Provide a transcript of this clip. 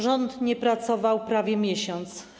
Rząd nie pracował prawie miesiąc.